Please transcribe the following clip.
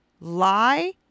lie